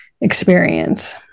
experience